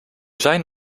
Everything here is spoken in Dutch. zijn